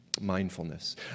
mindfulness